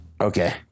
okay